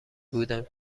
بودم